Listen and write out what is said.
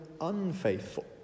unfaithful